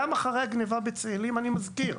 גם אחרי הגנבה בצאלים, אני מזכיר,